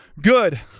good